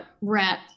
rep